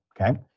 Okay